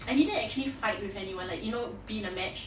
I didn't actually fight with anyone like you know be in a match